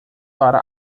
para